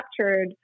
captured